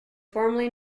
formerly